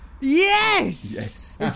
Yes